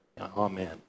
amen